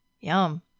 Yum